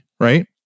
right